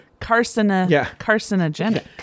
carcinogenic